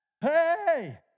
Hey